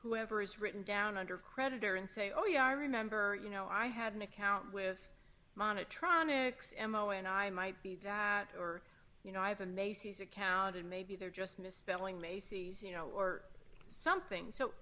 whoever is written down under a creditor and say oh yeah i remember you know i had an account with monitronics m o and i might be that or you know i have a macy's account and maybe they're just misspelling macy's you know or something so